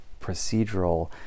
procedural